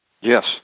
Yes